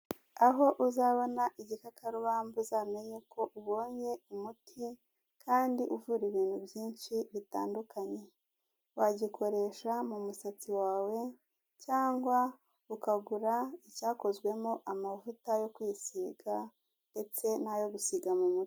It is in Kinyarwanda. Aho uzabona igikakarubamba uzamenye ko ubonye umuti, kandi uvura ibintu byinshi bitandukanye, wagikoresha mu musatsi wawe, cyangwa ukagura icyakozwemo amavuta yo kwisiga, ndetse n'ayo gusiga mu mutwe.